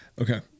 Okay